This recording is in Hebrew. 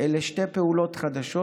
אלה שתי פעולות חדשות.